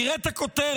תראה את הכותרת,